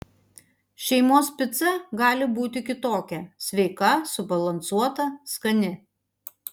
šeimos pica gali būti kitokia sveika subalansuota skani